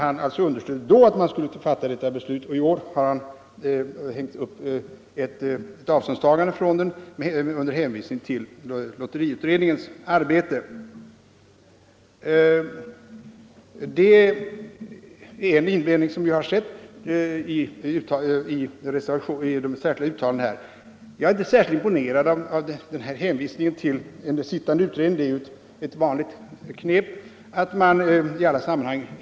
Han ville alltså då medverka till ett positivt beslut, men i år har han hängt upp sitt avståndstagande på en hänvisning till lotteriutredningens arbete. Jag är inte särskilt imponerad av hänvisningen till en sittande utredning. Sådana hänvisningar är ju ett vanligt knep i olika sammanhang.